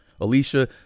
Alicia